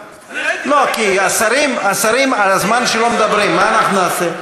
לא, כי השרים על הזמן שלו מדברים, מה אנחנו נעשה?